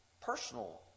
personal